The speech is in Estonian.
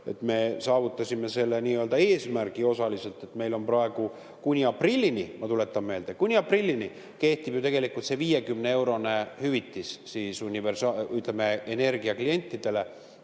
Me saavutasime selle nii-öelda eesmärgi osaliselt, et meil praegu kuni aprillini – ma tuletan meelde, et kuni aprillini – kehtib ju tegelikult see 50-eurone hüvitis energiaklientidele